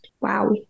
Wow